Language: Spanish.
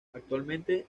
actualmente